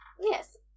yes